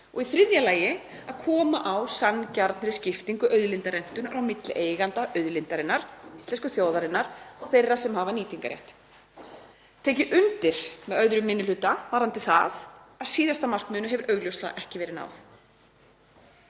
og í þriðja lagi að koma á sanngjarnri skiptingu auðlindarentu á milli eiganda auðlindarinnar, íslensku þjóðarinnar, og þeirra sem hafa nýtingarrétt. Þá tek ég undir með 2. minni hluta varðandi það að síðasta markmiðinu hafi augljóslega ekki verið náð.